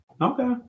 Okay